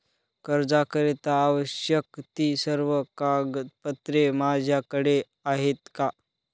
कर्जाकरीता आवश्यक ति सर्व कागदपत्रे माझ्याकडे आहेत का?